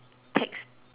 tax